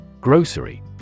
Grocery